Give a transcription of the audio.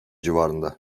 civarında